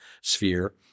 sphere